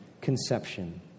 conception